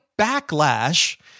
backlash